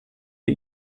ihr